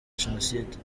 jenoside